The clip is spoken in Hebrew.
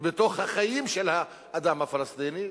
ובתוך החיים של האדם הפלסטיני,